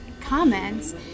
comments